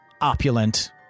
opulent